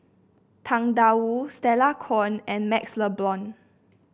Tang Da Wu Stella Kon and MaxLe Blond